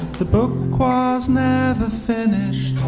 the book was never finished